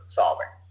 solving